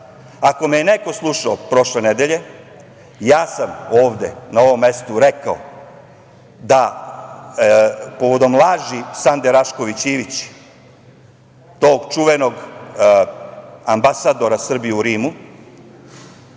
Ako me je neko slušao prošle nedelje, ja sam ovde na ovom mestu rekao povodom laži Sande Rašković Ivić, tog čuvenog ambasadora Srbije u Rimu,